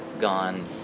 gone